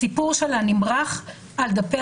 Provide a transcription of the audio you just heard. הסיפור שלה נמרח על דפי